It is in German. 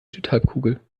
südhalbkugel